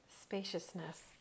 Spaciousness